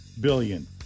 billion